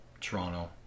toronto